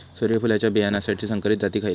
सूर्यफुलाच्या बियानासाठी संकरित जाती खयले?